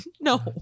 No